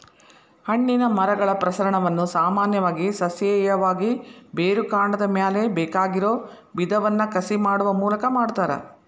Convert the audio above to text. ಹಣ್ಣಿನ ಮರಗಳ ಪ್ರಸರಣವನ್ನ ಸಾಮಾನ್ಯವಾಗಿ ಸಸ್ಯೇಯವಾಗಿ, ಬೇರುಕಾಂಡದ ಮ್ಯಾಲೆ ಬೇಕಾಗಿರೋ ವಿಧವನ್ನ ಕಸಿ ಮಾಡುವ ಮೂಲಕ ಮಾಡ್ತಾರ